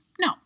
No